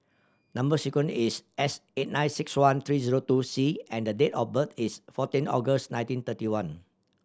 number sequence is S eight nine six one three zero two C and the date of birth is fourteen August nineteen thirty one